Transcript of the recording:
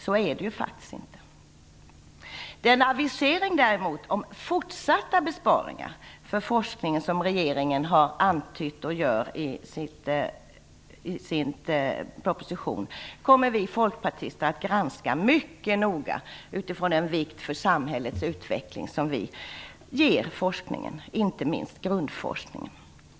Så är det ju faktiskt inte. Den avisering om fortsatta besparingar för forskningen som regeringen gör i sin proposition kommer vi folkpartister att granska mycket noga utifrån den vikt för samhällets utveckling som vi ger forskningen. Det gäller inte minst grundforskningen.